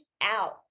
out